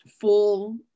full